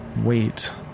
wait